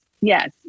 Yes